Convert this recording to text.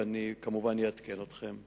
ואני כמובן אעדכן אתכם.